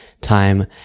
time